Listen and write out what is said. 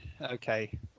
okay